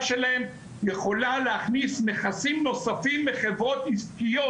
שלהם יכולה להכניס נכסים נוספים מחברות עסקיות,